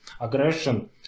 aggression